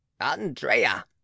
andrea